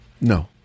No